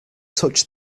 touch